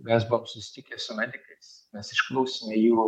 mes buvom susitikę su medikais mes išklausėmė jų